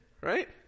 Right